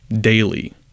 daily